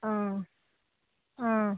অঁ অঁ